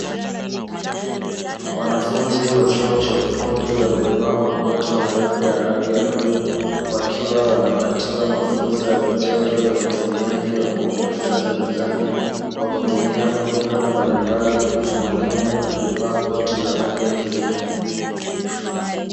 Wanafunzi wa chuo cha ufundi waliyovaa makoti marefu ya rangi ya bluu wakiwa wanapatiwa mafunzo ya vitendo ya utumiaji wa kompyuta za mezani kwa kutumia programu mbalimbali na mwalimu aliyevaa koti la rangi ya kijani.